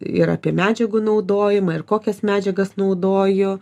ir apie medžiagų naudojimą ir kokias medžiagas naudoju